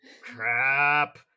Crap